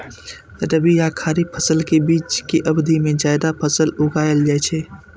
रबी आ खरीफ फसल के बीच के अवधि मे जायद फसल उगाएल जाइ छै